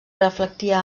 reflectia